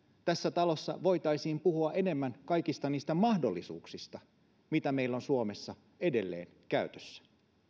tässä talossa voitaisiin puhua enemmän kaikista niistä mahdollisuuksista mitä meillä on suomessa edelleen käytössä